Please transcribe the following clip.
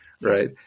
right